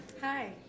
Hi